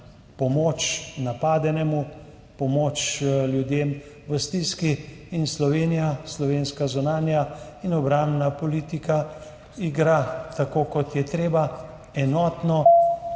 pomoč napadenemu, pomoč ljudem v stiski. In Slovenija, slovenska zunanja in obrambna politika igra tako, kot je treba, enotno